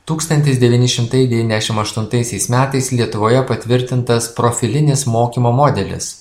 tūkstantis devyni šimtai devyndešim aštuntaisiais metais lietuvoje patvirtintas profilinis mokymo modelis